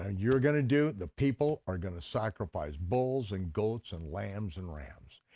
and you're going to do, the people are going to sacrifice bulls and goats and lambs and rams.